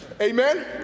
Amen